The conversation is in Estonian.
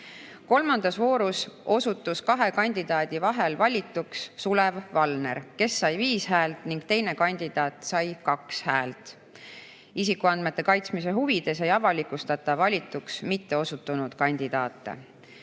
Kolmandas voorus osutus kahe kandidaadi vahel valituks Sulev Valner, kes sai 5 häält, teine kandidaat sai 2 häält. Isikuandmete kaitsmise huvides ei avalikustata valituks mitteosutunud kandidaate.